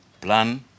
plan